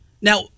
Now